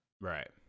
Right